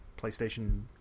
PlayStation